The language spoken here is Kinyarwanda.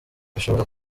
bishobora